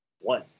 one